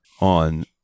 on